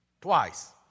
twice